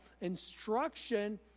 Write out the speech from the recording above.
instruction